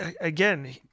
again